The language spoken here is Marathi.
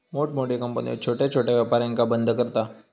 मोठमोठे कंपन्यो छोट्या छोट्या व्यापारांका बंद करता